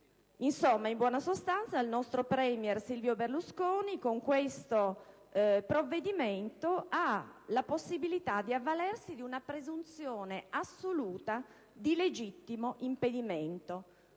Insomma, in buona sostanza, il nostro *premier* Silvio Berlusconi con questo provvedimento ha la possibilità di avvalersi di una presunzione assoluta di legittimo impedimento,